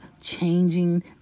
changing